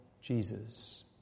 Jesus